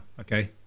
okay